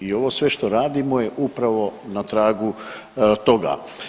I ovo sve što radimo je upravo na tragu toga.